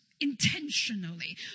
Intentionally